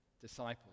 disciples